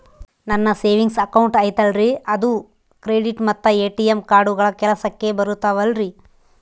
ನನ್ನ savings account ಐತಲ್ರೇ ಅದು ಕ್ರೆಡಿಟ್ ಮತ್ತ ಎ.ಟಿ.ಎಂ ಕಾರ್ಡುಗಳು ಕೆಲಸಕ್ಕೆ ಬರುತ್ತಾವಲ್ರಿ?